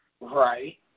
Right